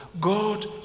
God